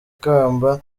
kamba